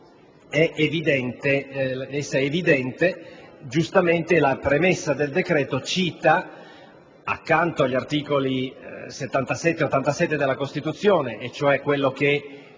è evidente. Giustamente, la premessa al decreto-legge cita, accanto agli articoli 77 e 87 della Costituzione (quelli che